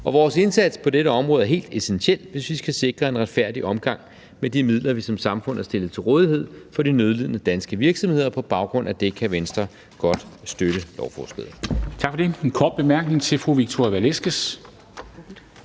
vores indsats på dette område er helt essentiel, hvis vi skal sikre en retfærdig omgang med de midler, vi som samfund har stillet til rådighed for de nødlidende danske virksomheder. På baggrund af det kan Venstre godt støtte lovforslaget.